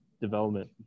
development